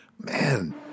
man